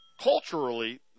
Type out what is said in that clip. Culturally